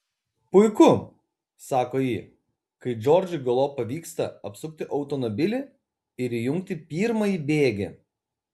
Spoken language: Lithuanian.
puiku sako ji kai džordžui galop pavyksta apsukti automobilį ir įjungti pirmąjį bėgį